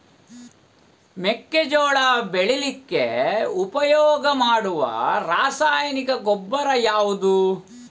ಮೆಕ್ಕೆಜೋಳ ಬೆಳೀಲಿಕ್ಕೆ ಉಪಯೋಗ ಮಾಡುವ ರಾಸಾಯನಿಕ ಗೊಬ್ಬರ ಯಾವುದು?